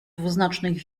dwuznacznych